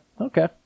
okay